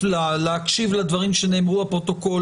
לה להקשיב לדברים שנאמרו בפרוטוקול,